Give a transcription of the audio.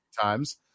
times